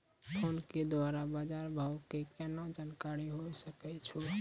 Phone के द्वारा बाज़ार भाव के केना जानकारी होय सकै छौ?